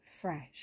fresh